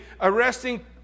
arresting